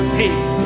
take